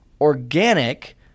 Organic